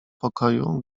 pokoju